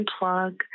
unplug